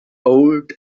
old